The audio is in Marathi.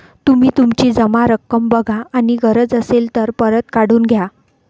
तुम्ही तुमची जमा रक्कम बघा आणि गरज असेल तर परत काढून घ्या